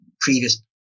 previous